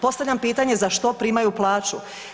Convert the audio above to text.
Postavljam pitanje za što primaju plaću?